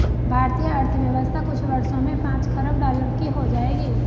भारतीय अर्थव्यवस्था कुछ वर्षों में पांच खरब डॉलर की हो जाएगी